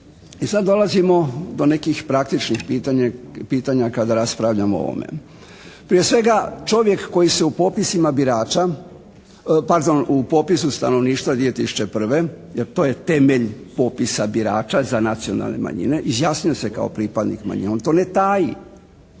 I sad dolazimo do nekih praktičkih pitanja kada raspravljamo o ovome. Prije svega čovjek koji se u popisima birača, pardon, u popisu stanovništva 2001. jer to je temelj popisa birača za nacionalne manjine izjasnio se kao pripadnik manjina, on to ne taji,